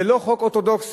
זה לא חוק אורתודוקסי,